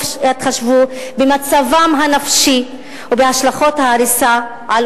אך כשאי-אפשר לספור את מספר צווי ההריסה ואת